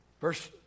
Verse